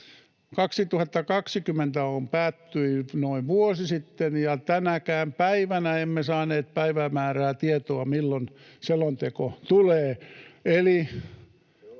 2020 päättyi noin vuosi sitten, ja tänäkään päivänä emme saaneet päivämäärää tietoomme, milloin selonteko tulee.